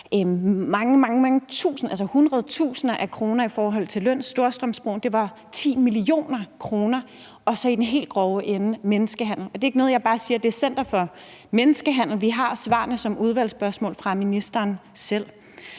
mange, mange tusinde, altså hundredtusinde, af kroner i forhold til løn. I forbindelse med Storstrømsbroen var det 10 mio. kr. I den helt grove ende er der også menneskehandel. Det er ikke bare noget, jeg siger; det er Center mod Menneskehandel. Vi har svarene på udvalgsspørgsmål fra ministeren selv.